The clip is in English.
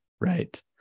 Right